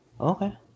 Okay